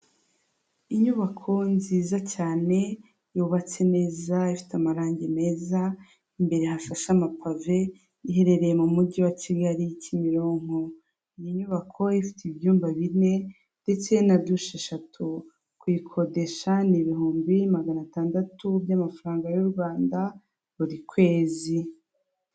Inyubako nziza cyane, yubatse neza ifite amarangi meza, imbere hashashe amapave, iherereye mu mujyi wa Kigali, Kimironko. Iyi nyubako ifite ibyumba bine, ndetse na dushe eshatu. Kuyikodesha ni ibihumbi magana atandatu by'amafaranga yu Rwanda, buri kwezi.